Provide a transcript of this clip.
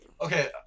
okay